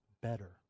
better